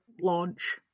launch